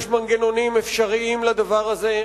יש מנגנונים אפשריים לדבר הזה.